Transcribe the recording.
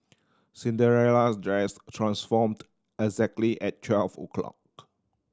Cinderella's dress transformed exactly at twelve o' clock